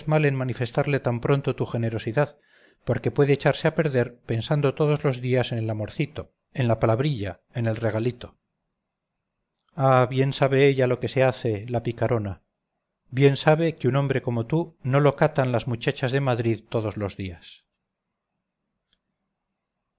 manifestarle tan pronto tu generosidad porque puede echarse a perder pensando todos los días en el amorcito en la palabrilla en el regalito ah bien sabe ella lo que se hace la picarona bien sabe que un hombre como tú no lo catan las muchachas de madrid todos los días